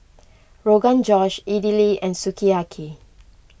Rogan Josh Idili and Sukiyaki